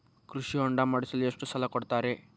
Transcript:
ಕೃಷಿ ಹೊಂಡ ಮಾಡಿಸಲು ಎಷ್ಟು ಸಾಲ ಕೊಡ್ತಾರೆ?